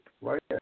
right